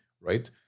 Right